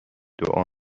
دعا